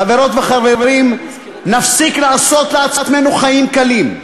חברות וחברים, נפסיק לעשות לעצמנו חיים קלים.